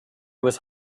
was